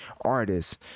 artists